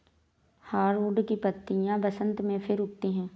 hardwood की पत्तियां बसन्त में फिर उगती हैं